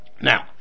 Now